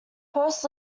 post